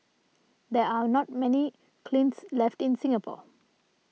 there are not many kilns left in Singapore